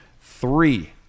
three